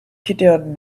gideon